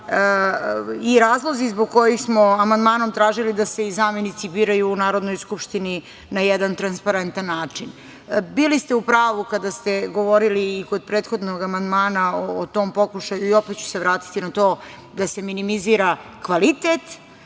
i razlozi zbog kojih smo amandmanom tražili da se i zamenici biraju u Narodnoj skupštini na jedan transparentan način. Bili ste u pravu kada ste govorili i kod prethodnog amandmana o tom pokušaju i opet ću se vratiti na to da se minimizira kvalitet